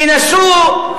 תנסו,